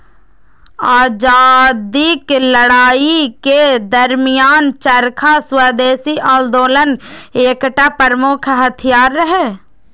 आजादीक लड़ाइ के दरमियान चरखा स्वदेशी आंदोलनक एकटा प्रमुख हथियार रहै